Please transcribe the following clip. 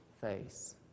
face